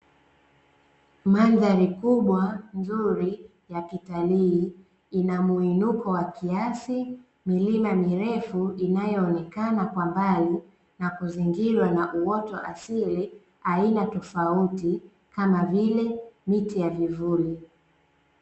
Mandhari kubwa nzuri ya kitalii ina mwinuko wa kiasi, milima mirefu inayoonekana kwa mbali na kuzingirwa na uoto asili aina tofauti, kama vile ; miti ya vivuli.